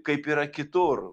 kaip yra kitur